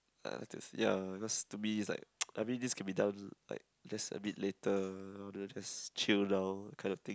I like to ya because to me it's like I mean this can be done like just a bit later just chill down kind of thing